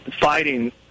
fighting